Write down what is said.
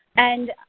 and